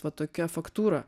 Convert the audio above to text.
va tokia faktūra